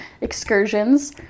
excursions